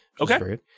Okay